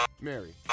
Mary